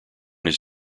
his